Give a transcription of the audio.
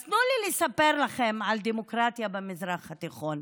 אז תנו לי לספר לכם על דמוקרטיה במזרח התיכון.